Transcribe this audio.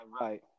right